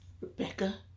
rebecca